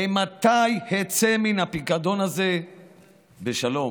אימתי אצא מן הפיקדון הזה בשלום?